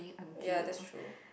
ya that's true